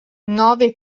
nove